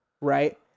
right